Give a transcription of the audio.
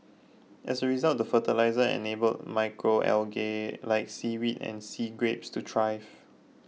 as a result the fertiliser enable macro algae like seaweed and sea grapes to thrive